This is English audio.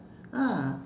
ah